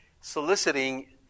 soliciting